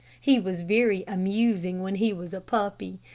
he was very amusing when he was a puppy.